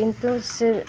କିନ୍ତୁ ସେ